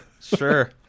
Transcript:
sure